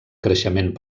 creixement